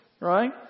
Right